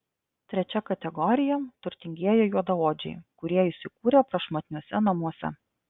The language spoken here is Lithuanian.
trečia kategorija turtingieji juodaodžiai kurie įsikūrę prašmatniuose namuose